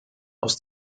aus